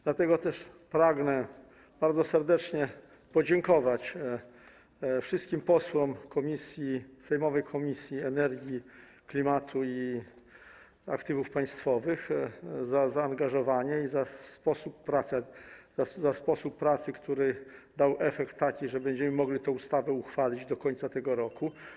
Dlatego też pragnę bardzo serdecznie podziękować wszystkim posłom komisji, sejmowej Komisji do Spraw Energii, Klimatu i Aktywów Państwowych, za zaangażowanie i za sposób pracy, który dał taki efekt, że będziemy mogli tę ustawę uchwalić do końca tego roku.